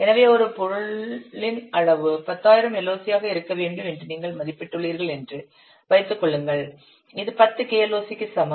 எனவே ஒரு பொருளின் அளவு 10000 LOC ஆக இருக்க வேண்டும் என்று நீங்கள் மதிப்பிட்டுள்ளீர்கள் என்று வைத்துக் கொள்ளுங்கள் இது பத்து KLOC க்கு சமம்